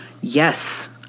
yes